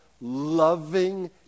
loving